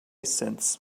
since